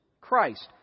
Christ